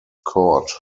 court